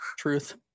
truth